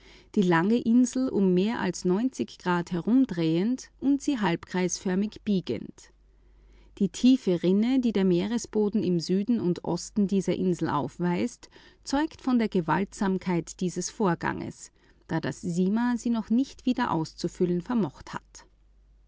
die lange insel um mehr als grad herumdrehend und sie halbkreisförmig biegend die tiefe rinne die der meeresboden im süden und osten dieser insel aufweist zeugt von der gewaltsamkeit dieses vorganges da das sima sie noch nicht wieder auszufüllen vermocht hat